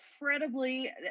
incredibly